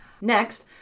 Next